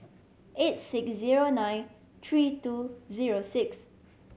eight six zero nine three two zero six